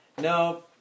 No